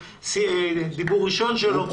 זה דיבור ראשון שלו.